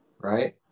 right